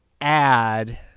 add